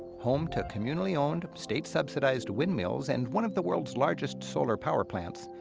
home to communally owned, state-subsidized windmills and one of the world's largest solar power plants,